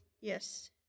yes